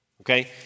Okay